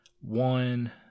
one